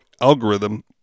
algorithm